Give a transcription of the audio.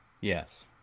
Yes